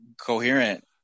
coherent